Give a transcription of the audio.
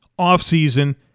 offseason